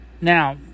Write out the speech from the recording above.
Now